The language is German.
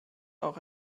auch